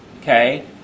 Okay